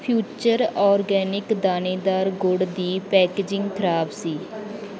future organic ਦਾਣੇਦਾਰ ਗੁੜ ਦੀ ਪੈਕੇਜਿੰਗ ਖਰਾਬ ਸੀ